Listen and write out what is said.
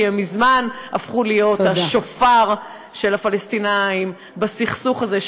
כי הם מזמן הפכו להיות השופר של הפלסטינים בסכסוך הזה.